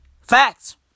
Facts